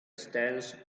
stance